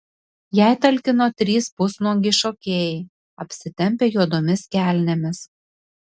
jai talkino trys pusnuogiai šokėjai apsitempę juodomis kelnėmis